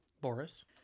Boris